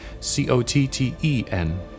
C-O-T-T-E-N